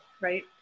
right